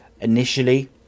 initially